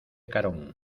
carón